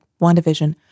WandaVision